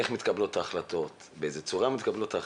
איך מתקבלות ההחלטות, באיזו צורה הן מתקבלות,